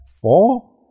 four